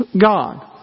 God